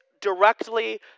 directly